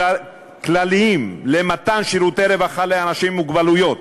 כלליים למתן שירותי רווחה לאנשים עם מוגבלויות.